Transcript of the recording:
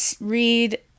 read